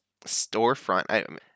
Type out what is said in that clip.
storefront